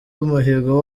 umuhigo